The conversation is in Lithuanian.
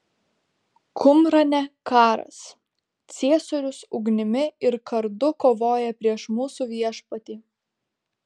kumrane karas ciesorius ugnimi ir kardu kovoja prieš mūsų viešpatį